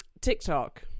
TikTok